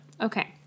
Okay